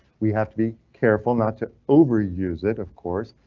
we have to be careful not to over use it, of course,